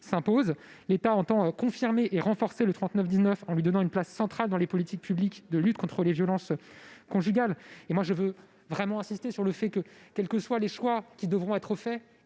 s'impose. L'État entend confirmer et renforcer le 3919 en lui donnant une place centrale dans les politiques publiques de lutte contre les violences conjugales. J'y insiste : quels que soient les choix qui devront être faits,